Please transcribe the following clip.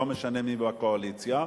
לא משנה מי בקואליציה.